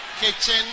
Kitchen